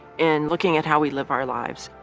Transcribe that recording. and looking at how we live our lives,